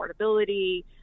affordability